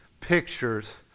pictures